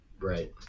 Right